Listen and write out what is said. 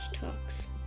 Talks